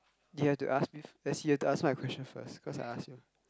you have to ask me first then he has to answer my question first cause I ask him